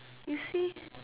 you see